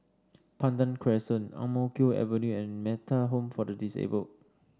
Pandan Crescent Ang Mo Kio Avenue and Metta Home for the Disabled